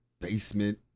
basement